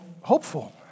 hopeful